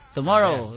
Tomorrow